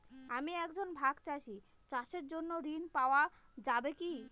আমি একজন ভাগ চাষি চাষের জন্য ঋণ পাওয়া যাবে কি?